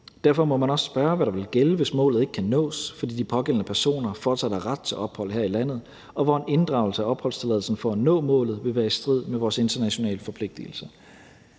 Derfor må man også spørge, hvad der ville gælde, hvis målet ikke kan nås, fordi de pågældende personer fortsat har ret til ophold her i landet, og hvor en inddragelse af opholdstilladelsen for at nå målet ville være i strid med vores internationale forpligtelser.